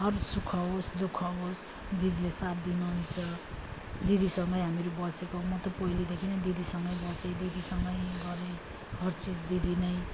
हर सुख होस् दुःख होस् दिदीले साथ दिनु हुन्छ दिदीसँगै हामीहरू बसेको म त पहिलादेखि दिदीसँगै बसेँ दिदीसँगै गरेँ हर चिज दिदी नै